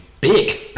big